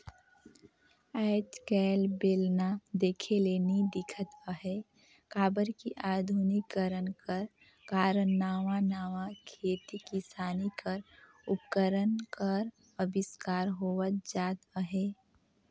आएज काएल बेलना देखे ले नी दिखत अहे काबर कि अधुनिकीकरन कर कारन नावा नावा खेती किसानी कर उपकरन कर अबिस्कार होवत जात अहे